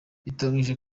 biteganyijwe